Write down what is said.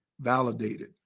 validated